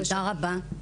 תודה רבה.